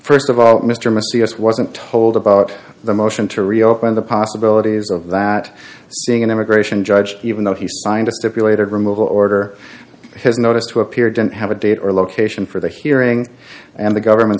or st of all mr mysterious wasn't told about the motion to reopen the possibilities of that seeing an immigration judge even though he signed a stipulated removal order his notice to appear didn't have a date or location for the hearing and the government